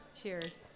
cheers